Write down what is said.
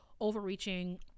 overreaching